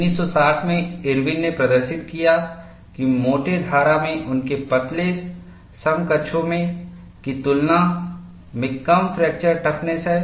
1960 में इरविनIRWIN'S ने प्रदर्शित किया कि मोटे धारा में उनके पतले समकक्षों की तुलना में कम फ्रैक्चर टफनेस है